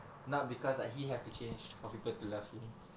not because like he have to change for people to love him